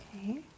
Okay